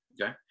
Okay